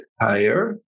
higher